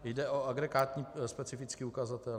Jde o agregátní specifický ukazatel.